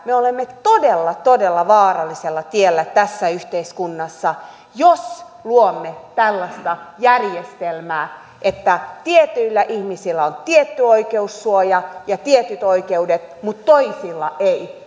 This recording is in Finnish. me olemme todella todella vaarallisella tiellä tässä yhteiskunnassa jos luomme tällaista järjestelmää että tietyillä ihmisillä on tietty oikeussuoja ja tietyt oikeudet mutta toisilla ei